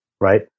right